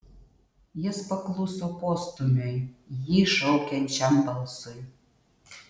jis pakluso postūmiui jį šaukiančiam balsui